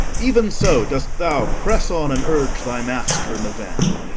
even so dost thou press on and urge thy master in the van.